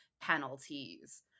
penalties